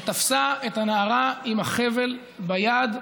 שתפסה את הנערה עם החבל ביד,